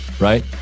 Right